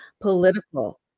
political